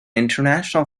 international